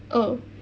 oh